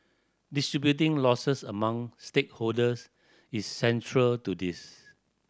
distributing losses among stakeholders is central to this